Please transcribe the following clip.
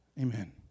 Amen